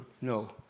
No